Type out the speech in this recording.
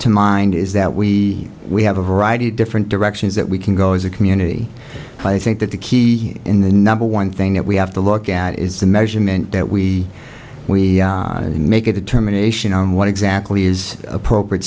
to mind is that we we have a variety of different directions that we can go as a community i think that the key in the number one thing that we have to look at is the measurement that we we make a determination on what exactly is appropriate